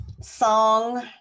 song